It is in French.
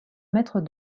maître